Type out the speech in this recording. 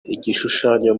igishushanyo